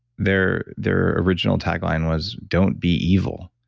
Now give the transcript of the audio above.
their their original tagline was, don't be evil.